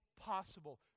possible